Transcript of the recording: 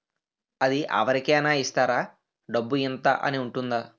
అది అవరి కేనా ఇస్తారా? డబ్బు ఇంత అని ఉంటుందా?